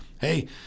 hey